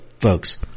folks